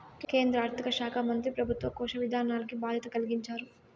కేంద్ర ఆర్థిక శాకా మంత్రి పెబుత్వ కోశ విధానాల్కి బాధ్యత కలిగించారు